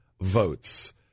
votes